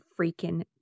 freaking